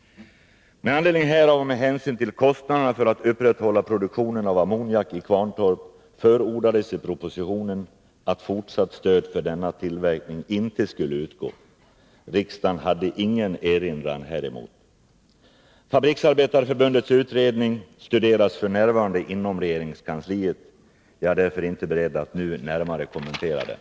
Med anledning härav och med hänsyn till kostnaderna för att upprätthålla produktionen av ammoniak i Kvarntorp förordades i propositionen att fortsatt stöd för denna tillverkning inte skulle utgå. Riksdagen hade ingen erinran häremot . Fabriksarbetareförbundets utredning studeras f. n. inom regeringskansliet. Jag är därför inte beredd att nu närmare kommentera den.